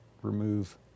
Remove